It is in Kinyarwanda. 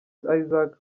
isaac